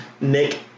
Nick